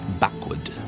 backward